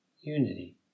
unity